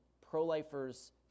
pro-lifers